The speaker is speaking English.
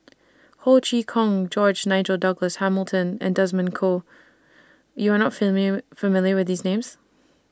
Ho Chee Kong George Nigel Douglas Hamilton and Desmond Kon YOU Are not familiar with These Names